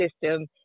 system